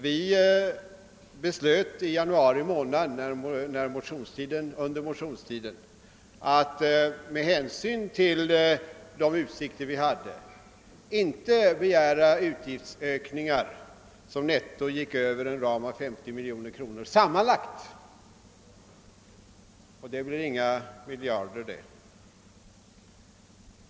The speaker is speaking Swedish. Vi beslöt i januari månad under motionstiden att med hänsyn till de utsikter som förelåg inte begära utgiftsökningar som netto gick över en ram på 50 miljoner kronor sammanlagt. Det blir inga miljarder det!